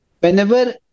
whenever